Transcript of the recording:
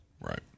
Right